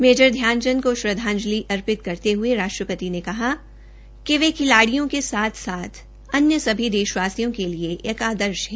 major Dhyan Chand को श्रद्दांजलि अर्पित करते हुए राष्ट्रपति ने कहा कि वह खिलाडियों के साथ साथ अन्य सभी देशवासियों के लिए एक आदर्श हैं